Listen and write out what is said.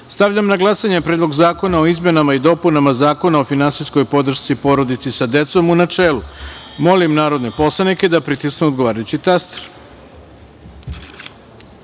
celini. Stavljam na glasanje Predlog zakona o izmenama i dopunama Zakona o finansijskoj podršci porodici sa decom, u celini. Molim narodne poslanike da pritisnu odgovarajući